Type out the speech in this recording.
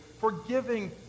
forgiving